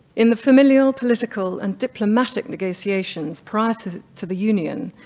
in the familial, political, and diplomatic negotiations prior to the union,